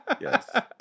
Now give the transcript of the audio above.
yes